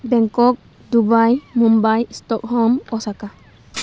Bangkok Dubai Mumbai stockholm Osaka